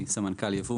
אני סמנכ"ל ייבוא,